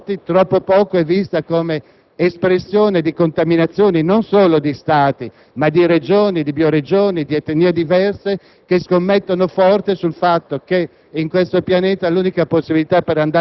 connessione di Stati e poteri forti, mentre troppo poco come espressione di contaminazioni, non solo di Stati, ma di regioni, bioregioni ed etnie diverse, che scommettono forte sul fatto che,